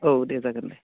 औ दे जागोन दे